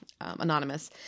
anonymous